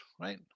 right